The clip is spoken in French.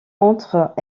entre